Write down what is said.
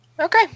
Okay